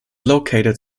located